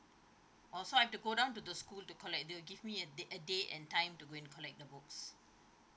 oh so I've to go down to the school to collect they'll give me a day a day and time to go and collect the books